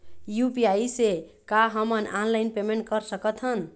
UPI से का हमन ऑनलाइन पेमेंट कर सकत हन?